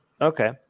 Okay